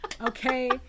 Okay